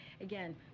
again